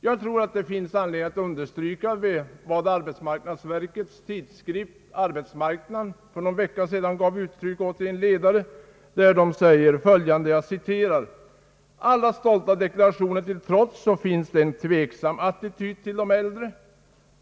Jag tror att det finns all anledning att understryka vad arbetsmarknadsverkets tidskrift »Arbetsmarknaden» i en ledare för några veckor sedan gav uttryck åt i följande konstaterande: »Alla stolta deklarationer till trots så finns det en tveksam attityd till de äldre.